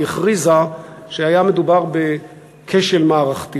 היא הכריזה שהיה מדובר בכשל מערכתי.